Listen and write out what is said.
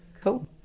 cool